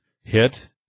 hit